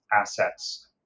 assets